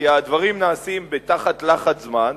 כי הדברים נעשים תחת לחץ זמן,